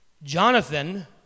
Jonathan